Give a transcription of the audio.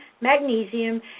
magnesium